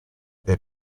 their